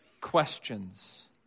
questions